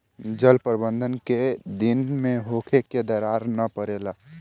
जल प्रबंधन केय दिन में होखे कि दरार न परेला?